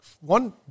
one